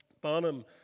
Barnum